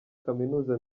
kaminuza